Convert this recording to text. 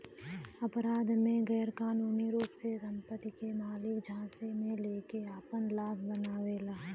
अपराध में गैरकानूनी रूप से संपत्ति के मालिक झांसे में लेके आपन लाभ बनावेला